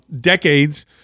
decades